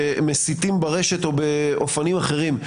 שמסיתים ברשת או באופנים אחרים,